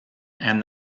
and